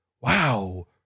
Wow